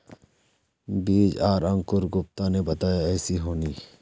बीज आर अंकूर गुप्ता ने बताया ऐसी होनी?